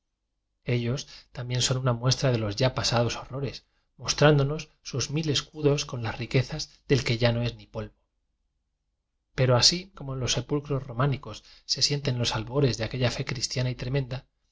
ellos también son una muestra de los ya pasados horrores mostrándonos sus mil escudos con las ri quezas del que ya no es ni polvo pero así como en los sepulcros románi cos se sienten los albores de aquella fe cris tiana y tremenda